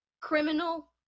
criminal